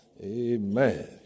amen